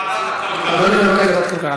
לוועדת הכלכלה.